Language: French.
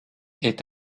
est